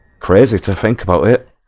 crazy to think about where